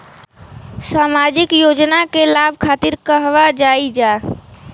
सामाजिक योजना के लाभ खातिर कहवा जाई जा?